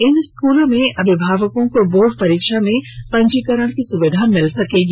इन स्कूलों में अभिभावकों को बोर्ड परीक्षा में पंजीकरण की सुविधा मिल सकेगी